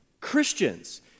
Christians